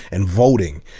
and voting.